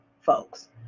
folks